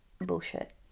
bullshit